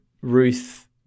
Ruth